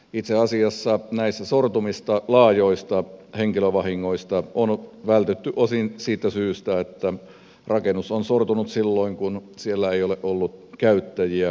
itse asiassa näissä sortumissa laajoilta henkilövahingoilta on vältytty osin siitä syystä että rakennus on sortunut silloin kun siellä ei ole ollut käyttäjiä eli ihmisiä